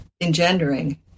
engendering